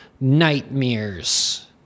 nightmares